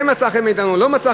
כן מצא חן בעינינו,